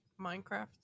Minecraft